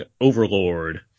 Overlord